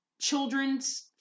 children's